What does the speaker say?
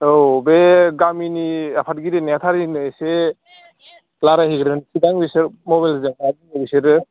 औ बे गामिनि आफादगिरि नेहाथारिनो एसे रायज्लाहैग्रोनोसैदां बिसोर मबाइल नोंसोरो